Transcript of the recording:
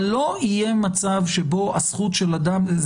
אבל לא יהיה מצב שבו הזכות של אדם זה